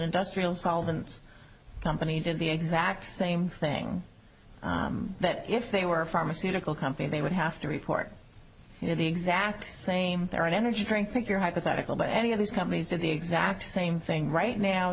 industrial solvents company to be exact same thing that if they were a pharmaceutical company they would have to report the exact same they're an energy drink pick your hypothetical but any of these companies did the exact same thing right now